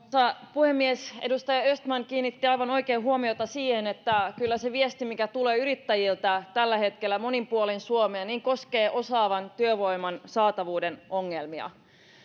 puhemies edustaja östman kiinnitti aivan oikein huomiota siihen että kyllä se viesti mikä tulee yrittäjiltä tällä hetkellä monin puolin suomea koskee osaavan työvoiman saatavuuden ongelmia